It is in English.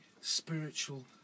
spiritual